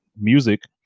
music